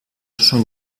són